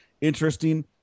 interesting